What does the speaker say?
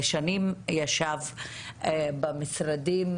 זה שנים ישב במשרדים.